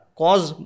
cause